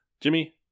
Jimmy